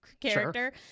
character